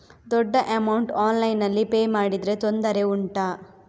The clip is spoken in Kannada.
ದೊಡ್ಡ ಅಮೌಂಟ್ ಆನ್ಲೈನ್ನಲ್ಲಿ ಪೇ ಮಾಡಿದ್ರೆ ತೊಂದರೆ ಉಂಟಾ?